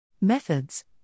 Methods